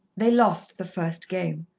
they lost the first game.